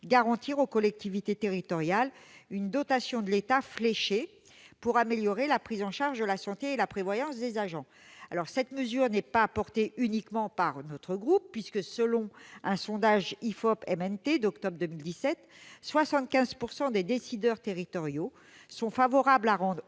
garantir aux collectivités territoriales une dotation de l'État fléchée pour améliorer la prise en charge de la santé et la prévoyance des agents. Cette mesure n'est pas portée uniquement par notre groupe, puisque, selon un sondage IFOP-MNT d'octobre 2017, les décideurs territoriaux sont favorables à 75